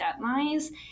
deadlines